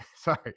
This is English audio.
sorry